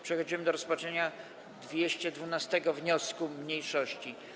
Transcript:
Przechodzimy do rozpatrzenia 212. wniosku mniejszości.